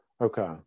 Okay